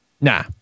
Nah